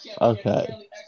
Okay